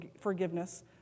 forgiveness